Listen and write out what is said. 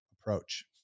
approach